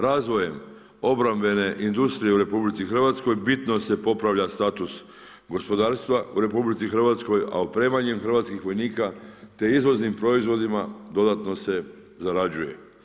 Razvojem obrambene industrije u RH bitno se popravlja status gospodarstva u RH, a opremanjem hrvatskih vojnika te izvoznim proizvodima dodatno se zarađuje.